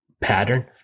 pattern